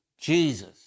Jesus